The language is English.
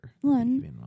One